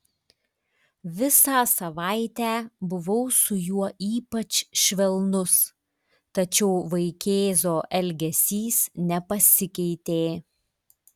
visą savaitę buvau su juo ypač švelnus tačiau vaikėzo elgesys nepasikeitė